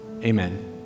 Amen